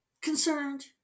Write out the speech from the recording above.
concerned